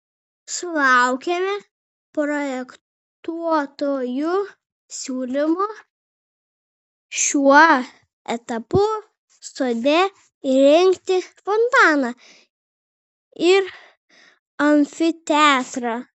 sulaukėme projektuotojų siūlymo šiuo etapu sode įrengti fontaną ir amfiteatrą